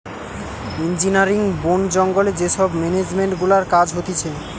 engineering, বোন জঙ্গলে যে সব মেনেজমেন্ট গুলার কাজ হতিছে